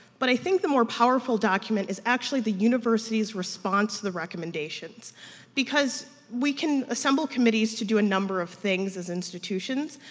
but i think the more powerful document is actually the university's response to the recommendations because we can assemble committees to do a number of things as institutions,